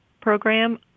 program